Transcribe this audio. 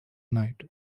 night